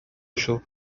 show